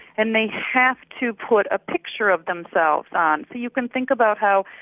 and they have to put a picture of themselves on, so you can think about how,